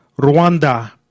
Rwanda